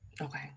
okay